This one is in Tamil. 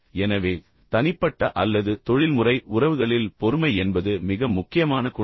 எனவே தனிப்பட்ட அல்லது தொழில்முறை உறவுகளில் பொறுமை என்பது மிக முக்கியமான குணம்